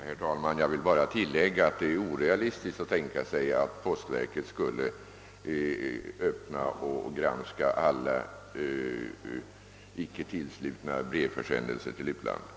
Herr talman! Jag vill bara framhålla att det är orealistiskt att tänka sig att postverket skulle öppna och granska alla icke tillslutna brevförsändelser till utlandet.